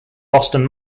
boston